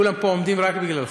כולם פה עומדים רק בגללך,